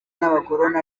n’abakoloni